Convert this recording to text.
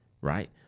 right